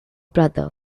brother